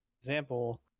example